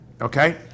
okay